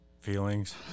Feelings